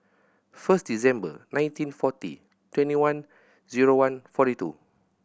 first December nineteen forty twenty one zero one forty two